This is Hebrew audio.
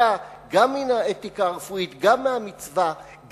חזקה גם מן האתיקה הרפואית, גם מהמצווה,